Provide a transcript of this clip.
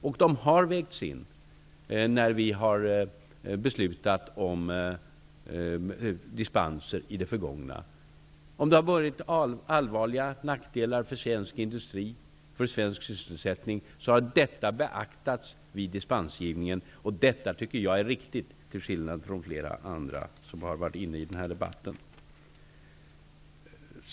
När vi i det förgångna har beslutat om dispenser har sysselsättningsaspekterna också vägts in. Om det innebär allvarliga nackdelar för svensk industri och svensk sysselsättning har det beaktats vid dispensgivningen. Det tycker jag är viktigt, till skillnad från flera andra som har debatterat här.